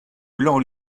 blanc